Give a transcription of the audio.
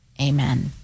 Amen